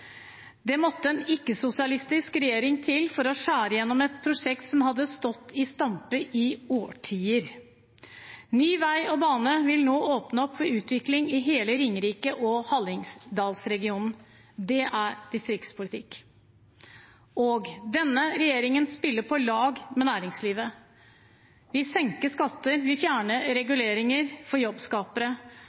Det måtte en ikke-sosialistisk regjering til for å skjære igjennom et prosjekt som hadde stått i stampe i årtier. Ny vei og bane vil nå åpne opp for utvikling i hele Ringeriks- og Hallingdalsregionen. Det er distriktspolitikk. Og: Denne regjeringen spiller på lag med næringslivet. Vi senker skatter, vi fjerner reguleringer for jobbskapere,